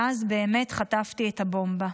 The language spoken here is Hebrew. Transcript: ואז באמת חטפתי את הבומבה.